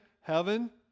heaven